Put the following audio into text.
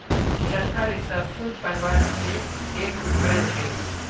चरखा रेशा स सूत बनवार के एक उपकरण छेक